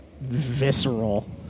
visceral